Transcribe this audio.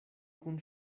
kun